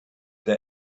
der